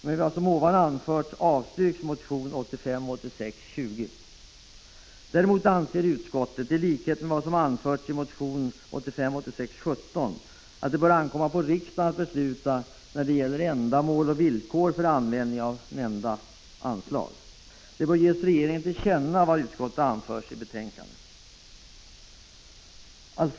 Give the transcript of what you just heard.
Med vad som ovan anförts avstyrks motion 1985 86:17 — att det bör ankomma på riksdagen att besluta om ändamål och villkor för användningen av här nämnda anslag. Det bör ges regeringen till känna vad utskottet anfört i betänkandet.